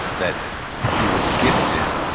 that he was gifted